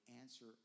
answer